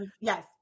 yes